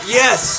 yes